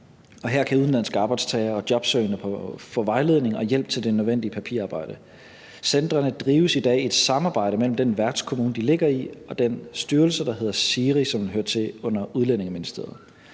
her kan udenlandske arbejdstagere og jobsøgende få vejledning og hjælp til det nødvendige papirarbejde. Centrene drives i dag i et samarbejde mellem den værtskommune, de ligger i, og den styrelse, der hedder SIRI, som hører til under Udlændinge-